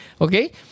Okay